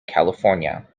california